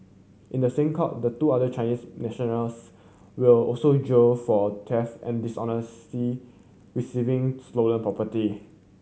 in the same court the two other Chinese nationals will also jail for theft and dishonestly receiving stolen property